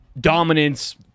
dominance